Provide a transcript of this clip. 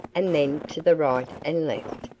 and then to the right and left,